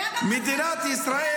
היה גם את הספר של --- מדינת ישראל,